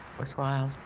was wild,